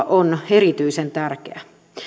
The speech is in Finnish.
on erityisen tärkeä